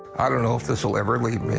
i don't know if this will ever leave